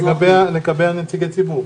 לגבי נציגי הציבור.